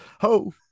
Ho